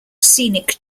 scenic